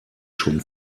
schon